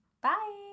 Bye